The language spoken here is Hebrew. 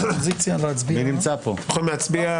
אתם יכולים להצביע.